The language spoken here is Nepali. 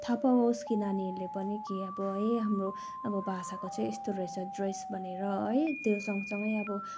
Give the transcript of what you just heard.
थाहा पाओस् कि नानीहरूले पनि कि अब है हाम्रो अब भाषाको चाहिँ यस्तो रहेछ ड्रेस भनेर है त्यो सँगसँगै आब